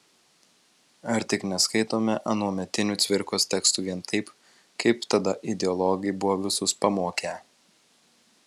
ar tik neskaitome anuometinių cvirkos tekstų vien taip kaip tada ideologai buvo visus pamokę